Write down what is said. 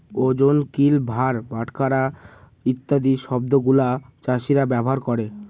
ওজন, কিল, ভার, বাটখারা ইত্যাদি শব্দগুলা চাষীরা ব্যবহার করে